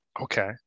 Okay